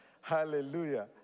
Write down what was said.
Hallelujah